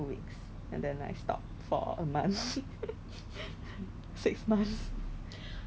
no I think err okay have a lot of empty bottles then after that they got a bit